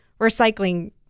recycling